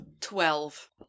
Twelve